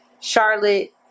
Charlotte